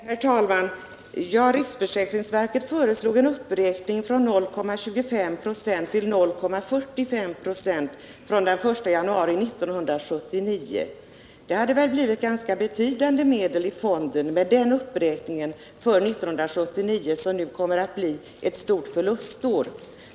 Herr talman! Riksförsäkringsverket föreslog en uppräkning från 0,25 96 till 0,45 96 från den 1 januari 1979. Denna uppräkning hade väl inneburit att ganska betydande medel tillförts fonden för 1979, ett år som nu kommer att bli ett stort förlustår.